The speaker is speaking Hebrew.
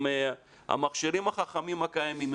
עם המכשירים החכמים הקיימים,